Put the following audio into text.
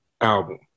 album